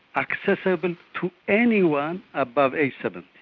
accessible to anyone above age seventy.